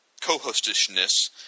co-hostishness